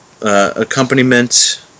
accompaniment